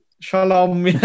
Shalom